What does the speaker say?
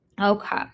Okay